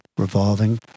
revolving